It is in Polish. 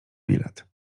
bilet